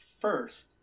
first